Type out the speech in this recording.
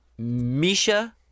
misha